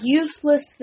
useless